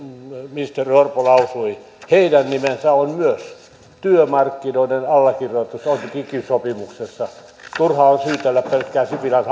ministeri orpo lausui myös heidän nimensä työmarkkinoiden allekirjoitus on kiky sopimuksessa turhaa on syytellä pelkkää sipilän